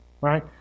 right